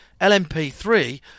LMP3